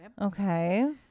okay